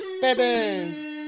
babies